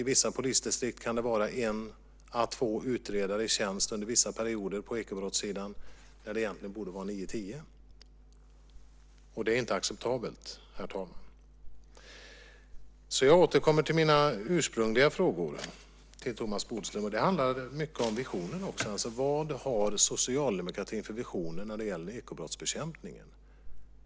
I vissa polisdistrikt kan det vara en à två utredare i tjänst på ekobrottssidan under vissa perioder där det egentligen borde vara nio eller tio. Det är inte acceptabelt, herr talman! Jag återkommer därför till mina ursprungliga frågor till Thomas Bodström. Det handlar mycket om visionen. Vad har socialdemokratin för vision när det gäller ekobrottsbekämpningen?